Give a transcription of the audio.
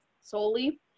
solely